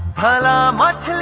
petula um ah